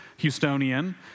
Houstonian